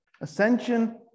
ascension